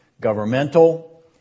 governmental